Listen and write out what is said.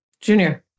junior